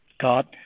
God